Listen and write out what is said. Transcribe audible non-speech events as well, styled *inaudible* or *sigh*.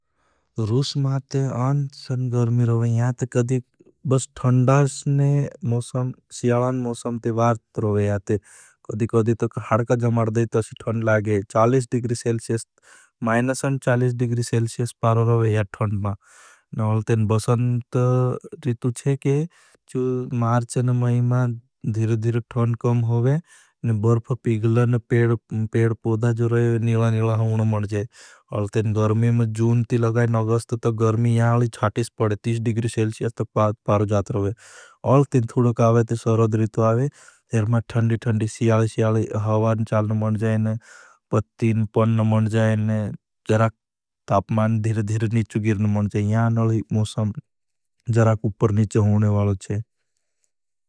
रूस माते अन्छन गर्मी रोवे, यहाँ ते कदी बस थंडासने मोसम, सियलान मोसम ते वारत रोवे यहाँ ते। कदी कदी तो खाड़का जमार दे तो अशी थंड लागे, चालीस दिग्री सेल्सियस, माइनसन चालीस दिग्री सेल्सियस पारो रोवे यहाँ थंड माँ। बसंत *hesitation* रितु है कि मार्च और माई माँ धिरधिर थंड कम होगे, बर्फ पिगला और पेड़ पोधा जरोई निला निला होना मन जाये। अल तें गर्मी में जून ती लगाएं, अगस्त तो गर्मी यहाँ अली छाटीस पड़े, तीस दिग्री सेल्सियस तो पारो जात रोवे। अल तें थुड़ो कावे तें सर्वधरित आवे, एर मा थंड़ी थंड़ी सियाली सियाली हवान चाल न मन जायें, पत्तीन पन न मन जायें, जराक ताप मां धिरधिर नीचु गिर न मन जायें, यहाँ अली मोसम जराक उपर नीच होने वालो छे।